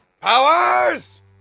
Powers